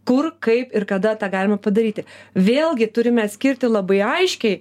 kur kaip ir kada tą galima padaryti vėlgi turime atskirti labai aiškiai